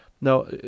now